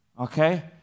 Okay